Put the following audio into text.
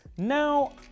Now